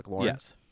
Yes